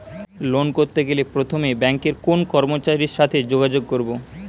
Loan করতে গেলে প্রথমে ব্যাঙ্কের কোন কর্মচারীর সাথে যোগাযোগ করব?